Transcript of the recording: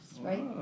right